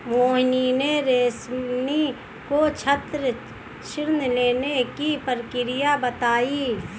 मोहिनी ने रोशनी को छात्र ऋण लेने की प्रक्रिया बताई